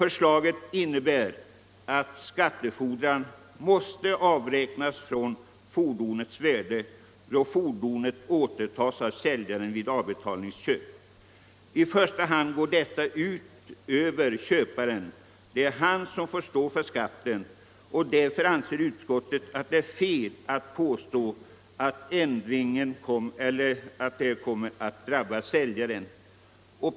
Förslaget får effekten att skattefordran måste avräknas från fordonets värde då fordonet återtas av säljaren vid avbetalningsköp. I första hand går detta ut över köparen; det är han som får stå för skatten. Därför anser utskottet att det är fel att påstå att ändringen kommer att drabba säljaren.